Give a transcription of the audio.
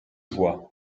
joie